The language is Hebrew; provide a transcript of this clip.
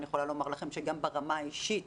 ואני יכולה לומר לכם שגם ברמה האישית